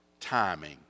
timing